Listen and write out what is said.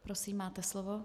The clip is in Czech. Prosím, máte slovo.